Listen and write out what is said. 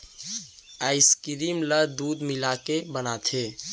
ice cream ल दूद मिलाके बनाथे